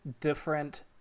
different